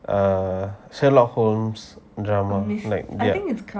err sherlock holmes drama like ya